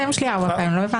קוראים אכיפה מגמתית.